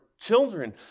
children